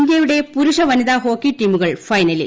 ഇന്തൃയുടെ പുരുഷ വനിതാ ഹോക്കി ടീമുകൾ ഫൈനലിൽ